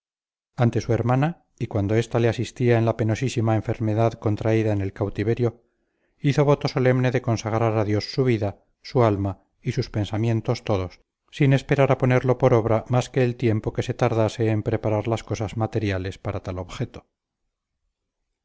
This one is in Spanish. ante su hermana y cuando esta le asistía en la penosísima enfermedad contraída en el cautiverio hizo voto solemne de consagrar a dios su vida su alma y sus pensamientos todos sin esperar a ponerlo por obra más que el tiempo que se tardase en preparar las cosas materiales para tal objeto